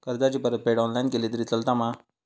कर्जाची परतफेड ऑनलाइन केली तरी चलता मा?